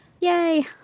yay